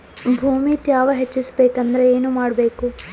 ಭೂಮಿ ತ್ಯಾವ ಹೆಚ್ಚೆಸಬೇಕಂದ್ರ ಏನು ಮಾಡ್ಬೇಕು?